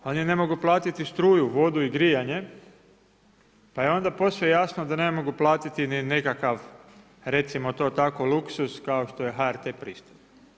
Oni ne mogu platiti struju, vodu i grijanje, pa je onda posve jasno da ne mogu platiti ni nekakav, recimo to tako luksuz, kao što je HRT pristojba.